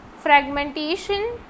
Fragmentation